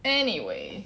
anyway